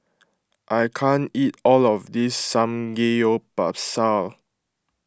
I can't eat all of this Samgeyopsal